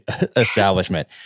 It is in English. establishment